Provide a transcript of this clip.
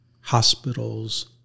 hospitals